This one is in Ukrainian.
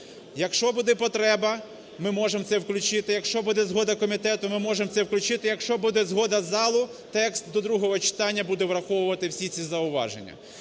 Якщо буде потреба, ми можемо це включити. Якщо буде згода комітету, ми можемо це включити. Якщо буде згода залу, текст до другого читання буде враховувати всі ці зауваження.